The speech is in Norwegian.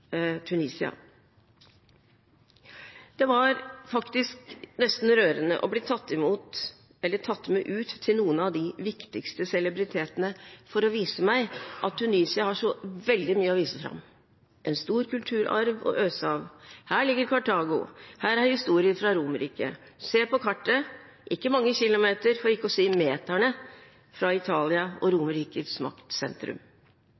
Tunisia. Det var nesten rørende å bli tatt med ut til noen av de viktigste celebre steder for å vise meg at Tunisia har så veldig mye å vise fram: en stor kulturarv å øse av. Her ligger Kartago, her er historie fra Romerriket. Se på kartet – landet ligger ikke mange kilometre, for ikke å si metre, fra Italia og